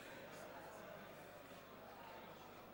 חברי הכנסת, הצעת חוק שירות ביטחון (תיקון מס' 25)